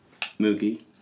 Mookie